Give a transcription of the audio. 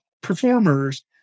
performers